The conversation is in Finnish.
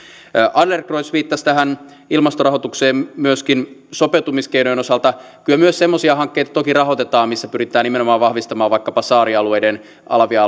adlercreutz viittasi tähän ilmastorahoitukseen myöskin sopeutumiskeinojen osalta kyllä myös semmoisia hankkeita toki rahoitetaan missä pyritään nimenomaan vahvistamaan vaikkapa saarialueiden alavien